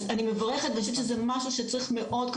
אז אני מברכת ואני חושבת שזה משהו שצריך להמשיך